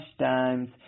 times